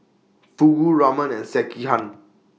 Fugu Ramen and Sekihan